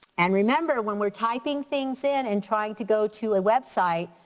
and remember when we're typing things in and trying to go to a website,